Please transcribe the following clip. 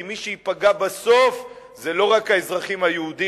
כי מי שייפגע בסוף זה לא רק האזרחים היהודים,